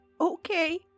Okay